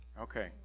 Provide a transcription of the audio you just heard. Okay